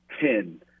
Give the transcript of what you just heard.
ten